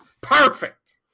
Perfect